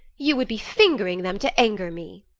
you would be fing'ring them, to anger me.